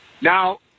Now